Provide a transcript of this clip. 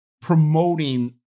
promoting